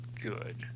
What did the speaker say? good